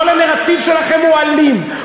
כל הנרטיב שלכם הוא אלים,